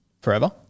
forever